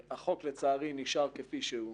לצערי החוק נשאר כפי שהוא.